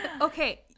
Okay